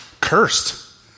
cursed